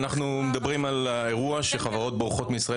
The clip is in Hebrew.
אנחנו מדברים על האירוע שחברות בורחות מישראל